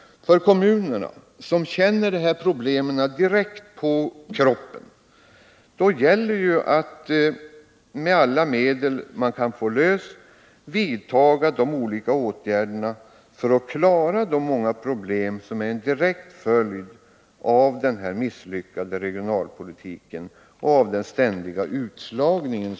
För kommunerna — som känner de här problemen direkt — gäller det att med alla medel som kan lösgöras vidta olika åtgärder för att klara de många problem som är en direkt följd av den misslyckade regionalpolitiken och av den ständiga utslagningen.